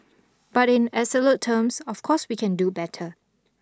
but in absolute terms of course we can do better